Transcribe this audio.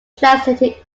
translated